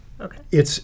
Okay